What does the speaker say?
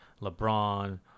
LeBron